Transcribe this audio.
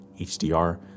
HDR